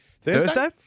Thursday